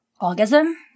orgasm